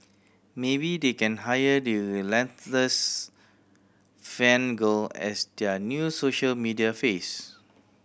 maybe they can hire the relentless fan girl as their new social media face